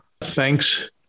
Thanks